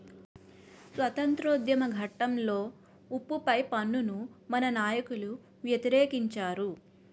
స్వాతంత్రోద్యమ ఘట్టంలో ఉప్పు పై పన్నును మన నాయకులు వ్యతిరేకించారు